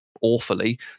awfully